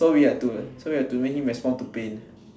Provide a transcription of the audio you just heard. so we had to like so we had to make him respond to pain